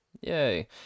Yay